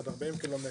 עד 40 קילומטר.